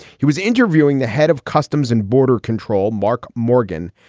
he was interviewing the head of customs and border control, mark morgan,